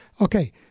okay